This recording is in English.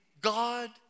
God